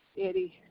Eddie